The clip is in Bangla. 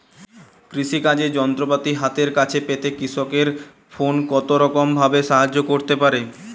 কৃষিকাজের যন্ত্রপাতি হাতের কাছে পেতে কৃষকের ফোন কত রকম ভাবে সাহায্য করতে পারে?